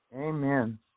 Amen